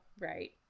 Right